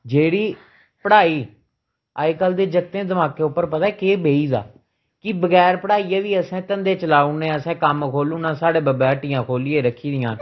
जेह्ड़ी पढ़ाई अज्जकल दे जागतें दमाकै उप्पर पता केह् बेही गेदा कि बगैर पढ़ाइयै बी असें धंदे चलाऊ उड़ने असें कम्म खोह्ल्लू उड़ना साढ़ा बब्बै ह्ट्टियां खोह्ल्लियै रक्खी दियां न